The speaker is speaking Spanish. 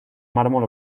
mármol